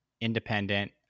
independent